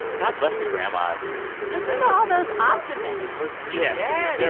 god bless the grandmas listen all those optimists it was yes. yeah yeah